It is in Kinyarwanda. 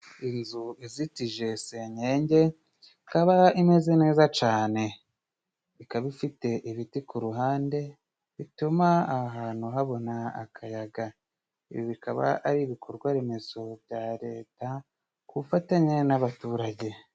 Inzu izitije senyenge ikaba imeze neza cane, ikaba ifite ibiti ku ruhande bituma aha hantu habona akayaga, ibi bikaba ari ibikorwa remezo bya Leta ku bufatanye n'abaturage.